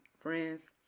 Friends